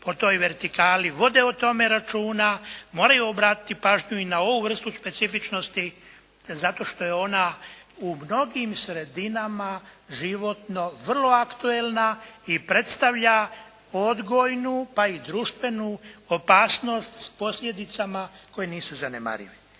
po toj vertikali vode o tome računa, moraju obratiti pažnju i na ovu vrstu specifičnosti zato što je ona u mnogim sredinama životno vrlo aktualna i predstavlja odgojnu, pa i društvenu opasnost, s posljedicama koje nisu zanemarive.